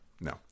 No